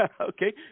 okay